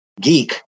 geek